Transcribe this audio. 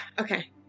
okay